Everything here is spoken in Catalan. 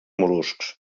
mol·luscs